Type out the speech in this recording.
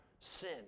sin